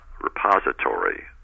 repository